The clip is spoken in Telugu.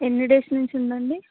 ఎన్ని డేస్ నుంచి ఉందండి